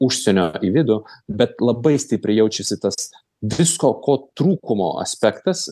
užsienio į vidų bet labai stipriai jaučiasi tas visko ko trūkumo aspektas